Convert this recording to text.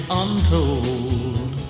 untold